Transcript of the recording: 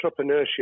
entrepreneurship